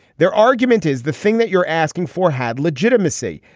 their argument is the thing that you're asking for had legitimacy.